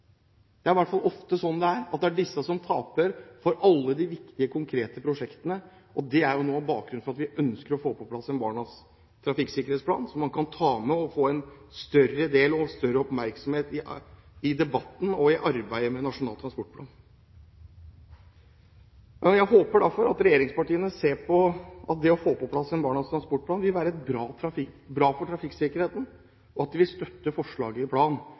Det er i hvert fall ofte sånn det er, at disse taper for alle de viktige, konkrete prosjektene. Det er noe av bakgrunnen for at vi ønsker å få på plass en barnas trafikksikkerhetsplan som man kan ta med og få større oppmerksomhet rundt i debatten om og arbeidet med Nasjonal transportplan. Jeg håper derfor at regjeringspartiene ser på at det å få på plass en barnas transportplan vil være bra for trafikksikkerheten, og at de vil støtte forslaget i